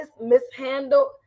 mishandled